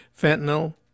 fentanyl